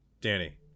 Danny